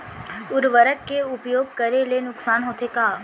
उर्वरक के उपयोग करे ले नुकसान होथे का?